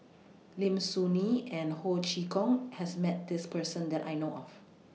Lim Soo Ngee and Ho Chee Kong has Met This Person that I know of